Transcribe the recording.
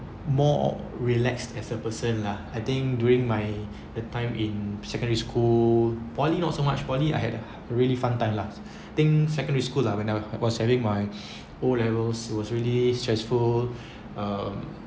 more relaxed as a person lah I think during my the time in secondary school poly not so much poly I had really fun time lah think secondary school lah when I was having my O levels was really stressful um